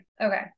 okay